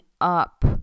up